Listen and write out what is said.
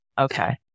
Okay